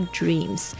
dreams